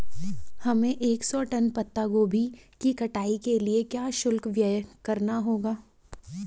हमें एक सौ टन पत्ता गोभी की कटाई के लिए क्या शुल्क व्यय करना होगा?